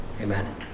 Amen